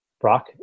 brock